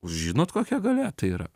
žinot kokia galia tai yra